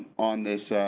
on this